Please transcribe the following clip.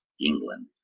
England